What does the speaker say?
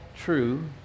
true